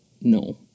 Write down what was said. no